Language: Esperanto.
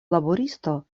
laboristo